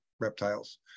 reptiles